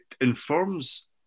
informs